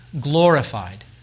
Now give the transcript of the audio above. glorified